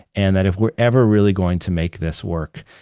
and that if we're ever really going to make this work,